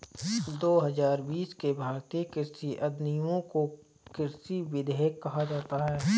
दो हजार बीस के भारतीय कृषि अधिनियमों को कृषि विधेयक कहा जाता है